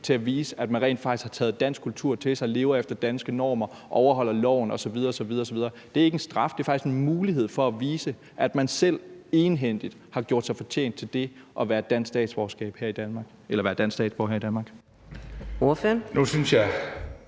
til det og vise, at man rent faktisk har taget dansk kultur til sig, at man lever efter danske normer, overholder loven osv. osv. Det er ikke en straf; det er faktisk en mulighed for at vise, at man selv, egenhændigt, har gjort sig fortjent til det at være dansk statsborger her i Danmark.